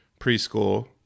preschool